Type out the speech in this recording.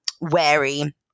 wary